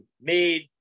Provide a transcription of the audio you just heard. made